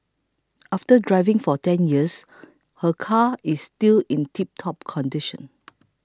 after driving for ten years her car is still in tiptop condition